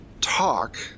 talk